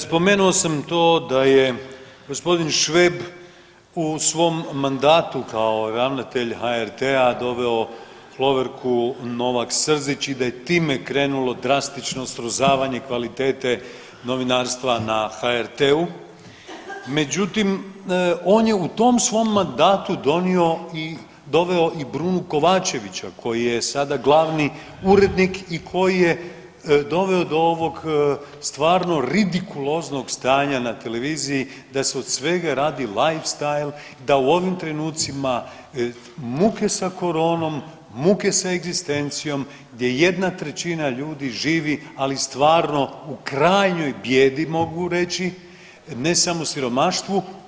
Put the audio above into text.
Spomenuo sam to da je gospodin Šveb u svom mandatu kao ravnatelj HRT-a doveo Hloverku Novak-Srzić i da je time krenulo drastično srozavanje kvalitete novinarstva na HRT-u, međutim, on je u tom svom mandatu doveo i Brunu Kovačevića koji je sada glavni urednik i koji je doveo do ovog stvarno ridikuloznog stanja na televiziji da se od svega radi live style, da u ovim trenucima muke sa Koronom, muke sa egzistencijom, gdje jedna trećina ljudi živi, ali stvarno u krajnjoj bijedi mogu reći, ne samo siromaštvu.